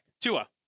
Tua